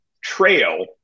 trail